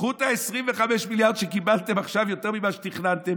קחו את ה-25 מיליארד שקיבלתם עכשיו יותר ממה שתכננתם,